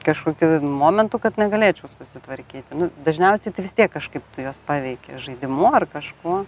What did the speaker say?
kažkokių momentų kad negalėčiau susitvarkyti nu dažniausiai tai vis tiek kažkai juos paveiki žaidimu ar kažkuo